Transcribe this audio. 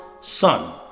son